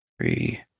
three